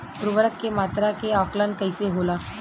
उर्वरक के मात्रा के आंकलन कईसे होला?